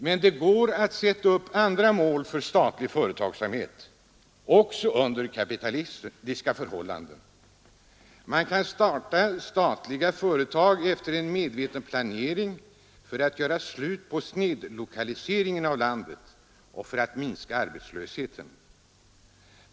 Men det går att sätta upp andra mål för statlig företagsamhet också under kapitalistiska förhållanden. Man kan starta statliga företag efter en medveten planering för att göra slut på snedlokaliseringen i landet och för att minska arbetslösheten.